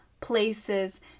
places